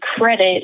credit